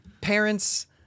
parents